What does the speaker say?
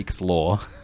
law